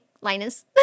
Linus